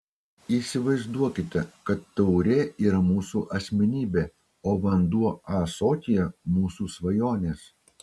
įsivaizduokite kad taurė yra mūsų asmenybė o vanduo ąsotyje mūsų svajonės